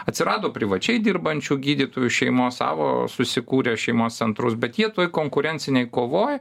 atsirado privačiai dirbančių gydytojų šeimos savo susikūrė šeimos centrus bet jie toj konkurencinėj kovoj